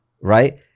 Right